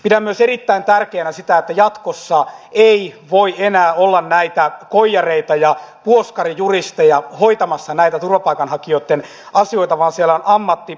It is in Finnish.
pidän myös erittäin tärkeänä sitä että jatkossa ei voi enää olla näitä koijareita ja puoskarijuristeja hoitamassa turvapaikanhakijoitten asioita vaan siellä on ammattilakimiehet